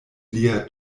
lia